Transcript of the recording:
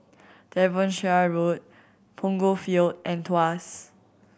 Devonshire Road Punggol Field and Tuas